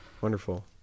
Wonderful